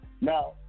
Now